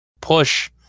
push